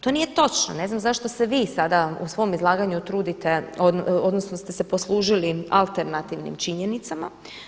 To nije točno, ne znam zašto se vi sada u svom izlaganju trudite odnosno ste se poslužili alternativnim činjenicama.